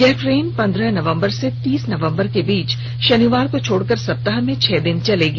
यह ट्रेन पंद्रह नवंबर से तीस नवंबर के बीच शनिवार को छोड़कर सप्ताह में छह दिन चलेगी